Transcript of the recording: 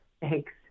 Thanks